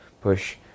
push